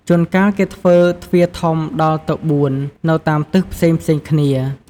ជួនកាលគេធ្វើទ្វារធំដល់ទៅ៤នៅតាមទិសផ្សេងៗ ។